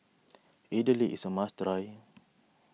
Idili is a must try